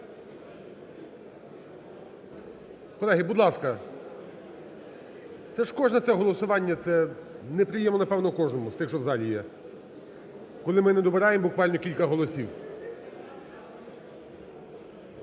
Колеги, будь ласка, кожне це голосування це неприємно, напевно, кожному з тих, що в залі є, коли ми не добираємо буквально кілька голосів.